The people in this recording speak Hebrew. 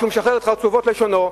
והוא משחרר את חרצובות לשונו,